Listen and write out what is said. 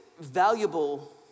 valuable